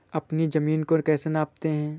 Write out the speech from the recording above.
अपनी जमीन को कैसे नापते हैं?